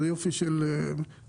ואנחנו יופי של צוות,